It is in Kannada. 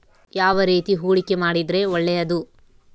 ಯಾವ ರೇತಿ ಹೂಡಿಕೆ ಮಾಡಿದ್ರೆ ಒಳ್ಳೆಯದು?